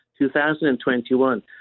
2021